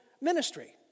ministry